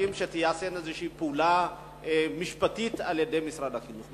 מחכים שתיעשה איזו פעולה משפטית על-ידי משרד החינוך.